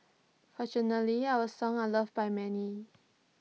fortunately our songs are loved by many